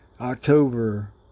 October